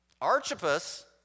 Archippus